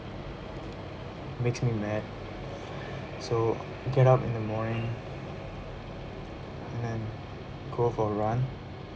makes me mad so get up in the morning and then go for a run